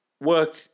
work